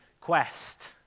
quest